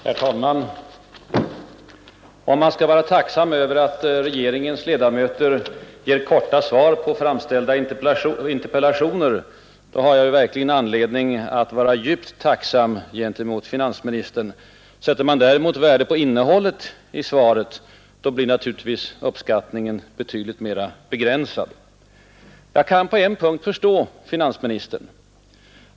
Herr talman! Om man skall vara tacksam över att regeringens ledamöter ger korta svar på framställda interpellationer, har jag verkligen anledning att vara djupt tacksam gentemot finansministern. Sätter man däremot värde på innehållet i svaret, blir naturligtvis uppskattningen betydligt mer begränsad. Jag kan på en punkt förstå finansministern.